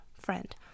friend